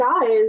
guys